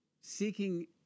seeking